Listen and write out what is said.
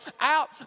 out